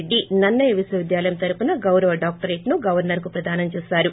రెడ్డి నన్నయ విశ్వవిద్యాలయం తరుపున గౌరవ డాక్టరేటును గవర్సర్ కు ప్రధానం ేచేసారు